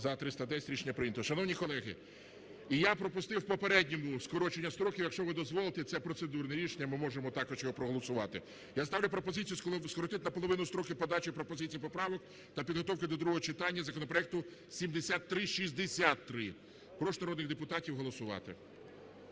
За-310 Рішення прийнято. Шановні колеги, я пропустив в попередньому скорочення строків, якщо ви дозволите, це процедурне рішення, ми можемо також його проголосувати. Я ставлю пропозицію скоротити наполовину строки подачі пропозицій і поправок та підготовки до другого читання законопроекту 7363. Прошу народних депутатів голосувати.